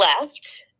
left